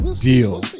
deal